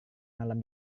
malam